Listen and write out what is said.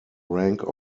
rank